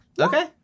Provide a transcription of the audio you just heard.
Okay